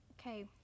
Okay